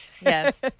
yes